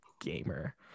gamer